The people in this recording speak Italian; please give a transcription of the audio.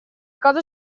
cosa